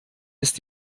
ist